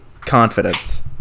Confidence